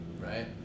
right